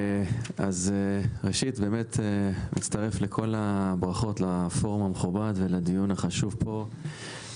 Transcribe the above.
אני מצטרף לכל הברכות לפורום המכובד ולדיון החשוב שמתקיים כאן,